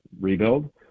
rebuild